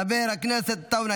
חבר הכנסת עודה,